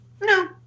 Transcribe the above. No